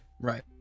right